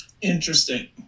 Interesting